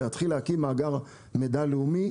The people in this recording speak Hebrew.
להתחיל להקים מאגר מידע לאומי,